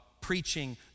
preaching